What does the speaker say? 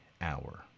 hour